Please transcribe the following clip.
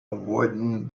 wooden